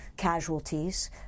casualties